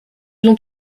l’ont